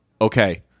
okay